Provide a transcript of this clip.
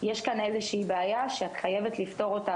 יש כאן איזושהי בעיה ואת חייבת לפתור אותה"